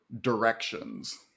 directions